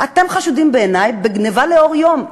אתם חשודים בעיני בגנבה לאור יום,